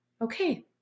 okay